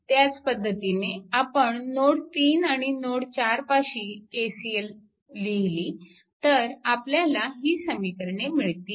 ह्याच पद्धतीने आपण नोड 3 आणि नोड 4 पाशी KCL लिहिली तर आपल्याला ही समीकरणे मिळतील